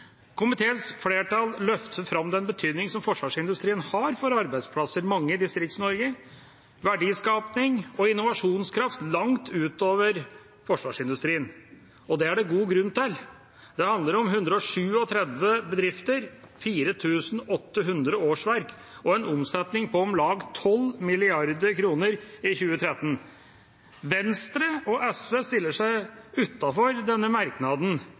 Komiteens flertall løfter fram den betydningen som forsvarsindustrien har for arbeidsplasser, mange i Distrikts-Norge – verdiskaping og innovasjonskraft langt utover forsvarsindustrien. Det er det god grunn til. Det handler om 137 bedrifter, 4 800 årsverk og en omsetning på om lag 12 mrd. kr i 2013. Venstre og SV stiller seg utenfor denne merknaden